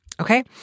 Okay